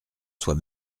soit